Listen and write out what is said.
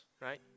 right